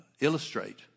illustrate